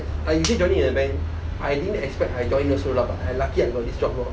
like usually joining a bank I didn't expect I join also lah but I lucky I got this job lor